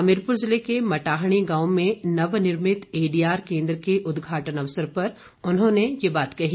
हमीरपुर जिले के मटाहणी गांव में नवनिर्मित एडीआर केन्द्र के उदघाटन अवसर पर उन्होंने ये बात कही